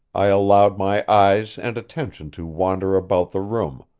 i allowed my eyes and attention to wander about the room,